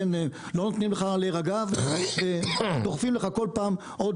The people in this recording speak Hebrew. לא נותנים לך להירגע ודוחפים לך כל פעם עוד